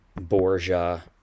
Borgia